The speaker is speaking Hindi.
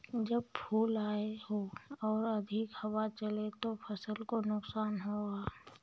जब फूल आए हों और अधिक हवा चले तो फसल को नुकसान होगा?